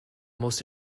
most